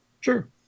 Sure